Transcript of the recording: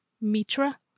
Mitra